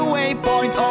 Waypoint